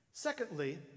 Secondly